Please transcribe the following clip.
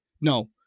no